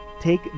Take